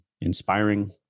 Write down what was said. inspiring